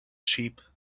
sheep